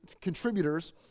contributors